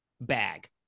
bag